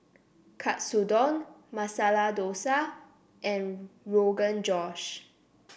Katsudon Masala Dosa and Rogan Josh